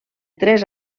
tres